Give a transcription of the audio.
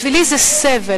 בשבילי זה סבל,